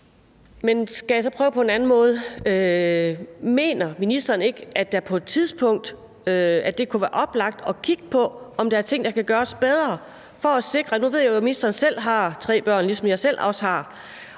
Jeg vil så prøve på en anden måde: Mener ministeren ikke, at det på et tidspunkt kunne være oplagt at kigge på, om der er ting, der kan gøres bedre? Nu ved jeg jo, at ministeren selv har tre børn, ligesom jeg selv har,